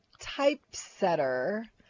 typesetter